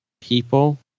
people